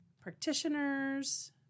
practitioners